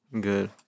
Good